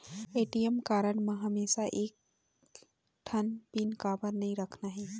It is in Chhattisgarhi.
ए.टी.एम कारड म हमेशा बर एक ठन पिन काबर नई रखना हे?